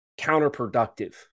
counterproductive